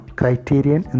criterion